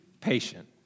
patient